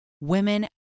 women